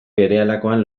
berehalakoan